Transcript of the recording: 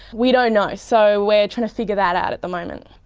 we don't know. so we're trying to figure that out at the moment.